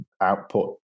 output